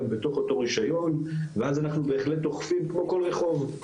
בתוך אותו רישיון ואז אנחנו בהחלט אוכפים כמו כל רחוב,